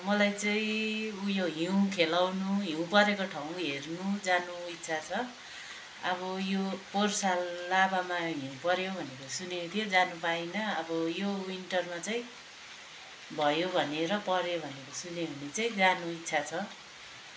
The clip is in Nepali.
मलाई चाहिँ उयो हिउँ खेलाउनु हिउँ परेको ठाउँ हेर्नु जानु इच्छा छ अब यो पोहोर साल लाभामा हिउँ पऱ्यो भनेको सुनेको थिएँ जानु पाइन अबो यो विन्टरमा चाहिँ भयो भने र पऱ्यो भनेको सुने भने चैँ जानु इच्छा छ